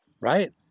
Right